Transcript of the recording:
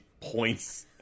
points